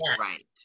right